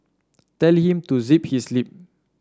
tell him to zip his lip